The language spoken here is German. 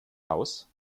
aus